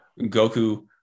Goku